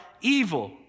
evil